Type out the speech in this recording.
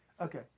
Okay